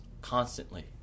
constantly